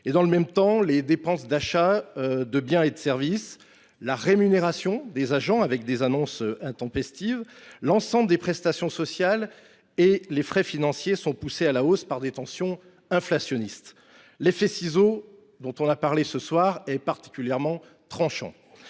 Dans le même temps, les dépenses liées aux achats de biens et services, la rémunération des agents – sans parler des annonces intempestives –, l’ensemble des prestations sociales et les frais financiers sont poussés à la hausse par des tensions inflationnistes. L’effet de ciseaux – beaucoup en ont parlé – est particulièrement tranchant…